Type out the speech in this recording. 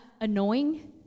annoying